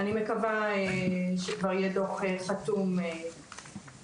אני מקווה שכבר יהיה דוח חתום מחר,